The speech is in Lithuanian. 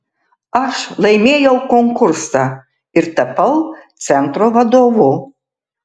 aš laimėjau konkursą ir tapau centro vadovu